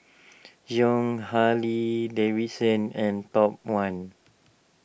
Jon Harley Davidson and Top one